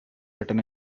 written